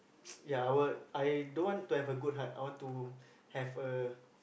ya I will I don't want to have a good heart I want to have a